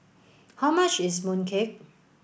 how much is mooncake